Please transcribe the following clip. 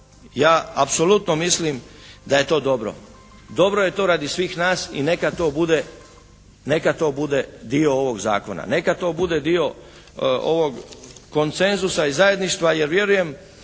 ja apsolutno mislim da je to dobro. Dobro je to radi svih nas i neka to bude, neka to bude dio ovog zakona, neka to bude dio ovog koncenzusa i zajedništva jer vjerujem